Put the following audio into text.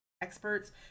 Experts